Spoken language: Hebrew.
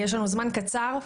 יש לנו זמן קצר.